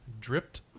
Dripped